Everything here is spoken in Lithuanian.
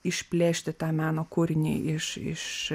išplėšti tą meno kūrinį iš iš